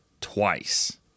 twice